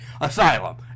Asylum